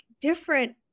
different